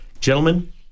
Gentlemen